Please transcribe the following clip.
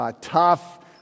tough